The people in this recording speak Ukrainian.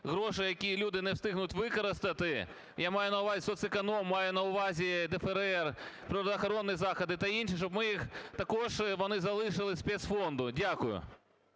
гроші, які люди не встигнуть використати, – я маю на увазі соцеконом, маю на увазі ДФРР, природоохоронні заходи та інше, – щоб ми їх також, вони залишились спецфонду. Дякую.